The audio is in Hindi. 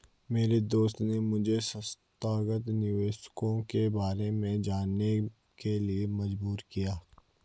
मेरे दोस्त ने मुझे संस्थागत निवेशकों के बारे में जानने के लिए मजबूर किया